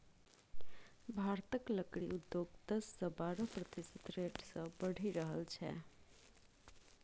भारतक लकड़ी उद्योग दस सँ बारह प्रतिशत रेट सँ बढ़ि रहल छै